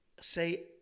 say